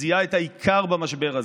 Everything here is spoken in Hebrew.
שזיהה את העיקר במשבר הזה,